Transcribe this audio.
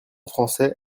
français